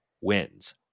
wins